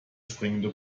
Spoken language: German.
springende